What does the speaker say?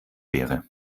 wäre